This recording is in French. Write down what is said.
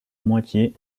moitié